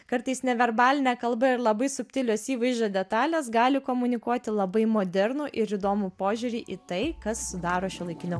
kartais neverbaline kalba ir labai subtilios įvaizdžio detalės gali komunikuoti labai modernų ir įdomų požiūrį į tai kas sudaro šiuolaikinę